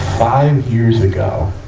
five years ago,